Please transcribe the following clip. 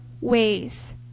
ways